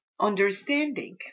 understanding